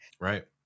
Right